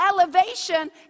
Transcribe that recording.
elevation